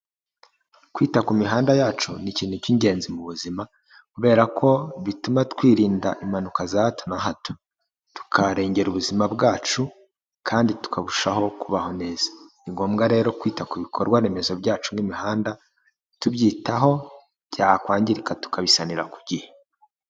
Kwita ku mihanda yacu ni ikintu cy'ingenzi mu buzima kubera ko bituma twirinda impanuka za hato na hato, tukarengera ubuzima bwacu kandi tukarushaho kubaho neza. Ni ngombwa rero kwita ku bikorwaremezo byacu nk'imihanda, tubyitaho, byakwangirika tukabisanira ku gihe.